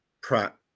Pratt